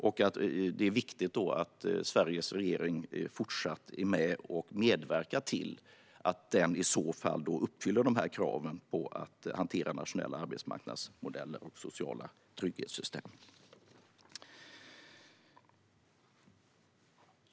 I så fall är det viktigt att Sveriges regering är med och fortsätter medverka till att den uppfyller kraven på att hantera nationella arbetsmarknadsmodeller och sociala trygghetssystem.